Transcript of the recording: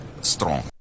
strong